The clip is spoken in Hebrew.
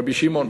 רבי שמעון,